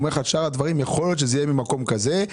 הוא אומר לך שיכול להיות ששאר הדברים יהיו ממקור כזה,